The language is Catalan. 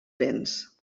béns